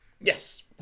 Yes